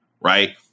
right